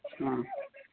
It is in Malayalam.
ആ